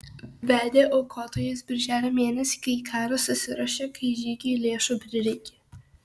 vedė aukotojas birželio mėnesį kai į karą susiruošė kai žygiui lėšų prireikė